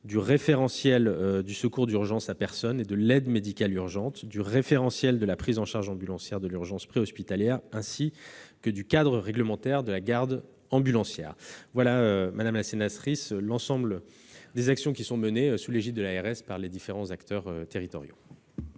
du référentiel du secours d'urgence à personne et de l'aide médicale urgente, du référentiel de la prise en charge ambulancière de l'urgence préhospitalière, ainsi que du cadre réglementaire de la garde ambulancière. Telles sont, madame la sénatrice, l'ensemble des actions qui sont menées, sous l'égide de l'ARS, par les différents acteurs territoriaux.